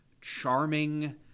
charming